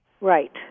Right